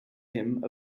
hymn